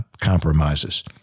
compromises